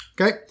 Okay